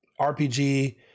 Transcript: RPG